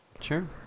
Sure